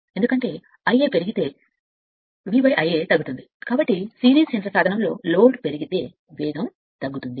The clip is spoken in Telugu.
ఎందుకంటే Ia పెరిగితే V Ia తగ్గుతుంది కాబట్టి సిరీస్ యంత్ర సాధనముకు లోడ్ వేగం పెరుగుతుంది